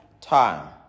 time